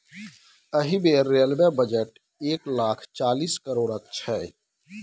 एहि बेर railway budget एक लाख चालीस करोड़क छै